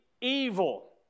evil